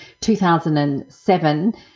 2007